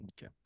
Okay